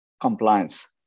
compliance